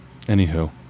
Anywho